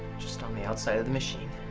just on the outside of the machine.